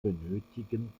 benötigen